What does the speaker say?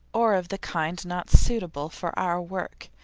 or of the kind not suitable for our work.